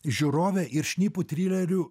žiūrovė ir šnipu trilerių